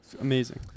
Amazing